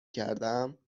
کردم